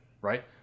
right